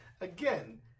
Again